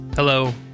Hello